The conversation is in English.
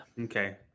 Okay